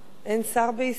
אין שר בישראל?